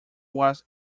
was